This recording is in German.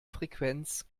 frequenz